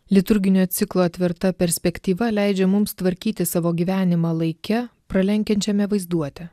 liturginio ciklo tvirta perspektyva leidžia mums tvarkyti savo gyvenimą laike pralenkiančiame vaizduotę